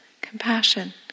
compassion